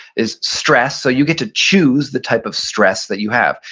is stress so you get to choose the type of stress that you have.